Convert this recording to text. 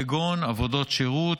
כגון עבודות שירות,